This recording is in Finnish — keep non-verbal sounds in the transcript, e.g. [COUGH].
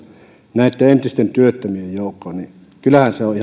näitten entisten työttömien joukkoon niin kyllähän se on [UNINTELLIGIBLE]